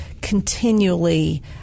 continually